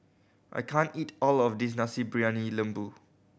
I can't eat all of this Nasi Briyani Lembu